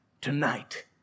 tonight